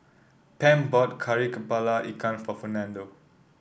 Pam bought Kari kepala Ikan for Fernando